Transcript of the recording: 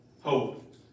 hope